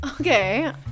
Okay